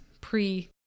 pre-